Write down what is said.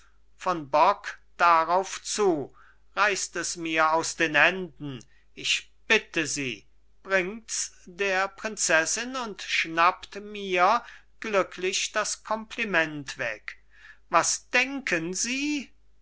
merkts von bock darauf zu reißt es mir aus den händen ich bitte sie bringt's der prinzessin und schnappt mir glücklich das compliment weg was denken sie